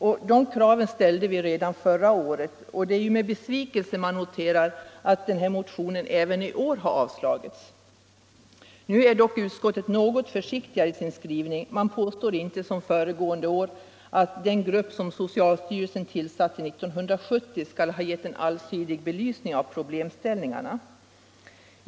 Samma krav ställdes redan förra året. Det är med besvikelse man konstaterar att motionen även i år har avstyrkts. Utskottet är dock i år något försiktigare i sin skrivning. Man påstår inte, som föregående år, att den grupp som socialstyrelsen tillsatte 1970 skall ha gett en allsidig belysning av problemställningarna.